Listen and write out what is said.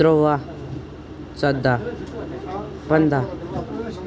تُرٛووَہ ژۄدَہ پَنٛدَہ